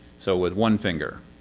so with one finger.